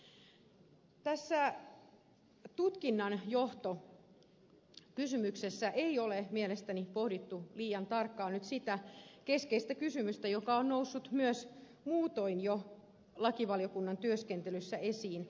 tässä tutkinnanjohto kysymyksessä ei ole mielestäni pohdittu liian tarkkaan nyt sitä keskeistä kysymystä joka on noussut myös muutoin jo lakivaliokunnan työskentelyssä esiin